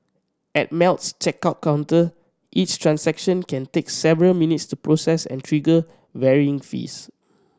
at Melt's checkout counter each transaction can take several minutes to process and trigger varying fees